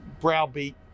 browbeat